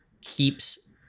keeps